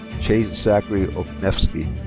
chase zachary oknefski.